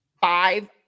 five